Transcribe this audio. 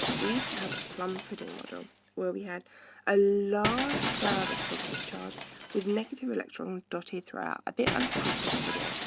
we used to have a plum pudding model where we had a large cloud of positive charge with negative electrons dotted throughout, a bit like a christmas pudding,